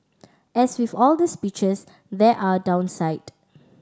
as with all the speeches there are downside